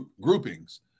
groupings